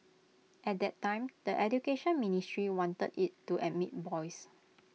at that time the Education Ministry wanted IT to admit boys